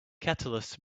catalysts